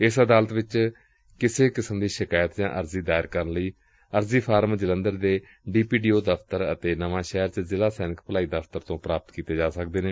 ਇਸ ਅਦਾਲਤ ਵਿਚ ਕਿਸੇ ਕਿਸਮ ਦੀ ਸ਼ਿਕਾਇਤ ਜਾਂ ਅਰਜ਼ੀ ਦਾਇਰ ਕਰਨ ਲਈ ਅਰਜ਼ੀ ਫਾਰਮ ਜਲੰਧਰ ਦੇ ਡੀ ਪੀ ਡੀ ਓ ਦਫ਼ਤਰ ਅਤੇ ਨਵਾਂ ਸ਼ਹਿਰ ਜ਼ਿਲ਼ਾ ਸੈਨਿਕ ਭਲਾਈ ਦਫ਼ਤਰ ਤੋਂ ਪ੍ਰਾਪਤ ਕੀਤੇ ਜਾ ਸਕਦੇ ਨੇ